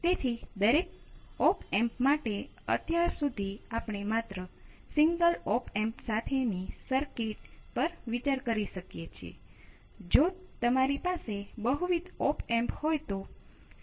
તેથી આ આપણી પાસે છે અને Vc પોતે સમય પર આધારિત છે અને બધા Vs અચળ છે